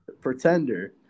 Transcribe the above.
Pretender